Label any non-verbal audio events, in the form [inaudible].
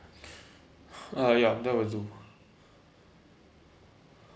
[breath] uh ya that will do